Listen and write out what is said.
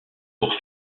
pour